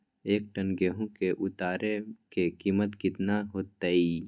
एक टन गेंहू के उतरे के कीमत कितना होतई?